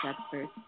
experts